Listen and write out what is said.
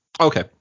okay